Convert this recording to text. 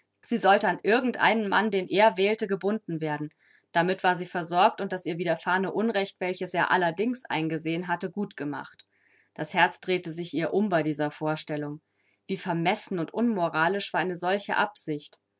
sie sollte an irgend einen mann den er wählte gebunden werden damit war sie versorgt und das ihr widerfahrene unrecht welches er allerdings eingesehen hatte gut gemacht das herz drehte sich ihr um bei dieser vorstellung wie vermessen und unmoralisch war eine solche absicht